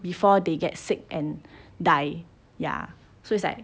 before they get sick and die ya so it's like